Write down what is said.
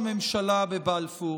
הממשלה נתניהו בבית ראש הממשלה בבלפור,